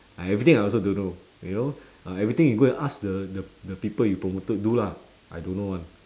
I everything I also don't know you know ah everything you go and ask the the people you promoted do lah I don't know [one]